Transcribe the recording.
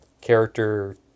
character